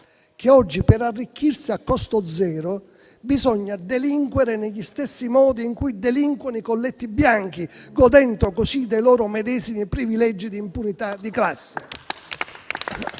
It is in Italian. che oggi, per arricchirsi a costo zero, bisogna delinquere negli stessi modi in cui delinquono i colletti bianchi, godendo così dei loro medesimi privilegi di impunità di classe.